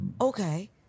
Okay